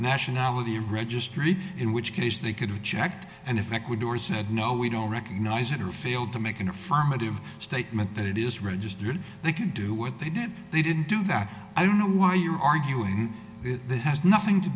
nationality of registry in which case they could have checked and effect would or said no we don't recognize it or failed to make an affirmative statement that it is registered they could do what they did they didn't do that i don't know why you're arguing this that has nothing to